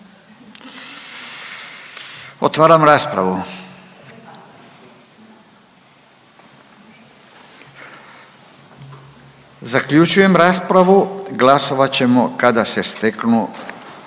Ovaj zaključujem raspravu i glasovat ćemo kada se steknu